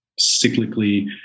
cyclically